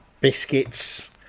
biscuits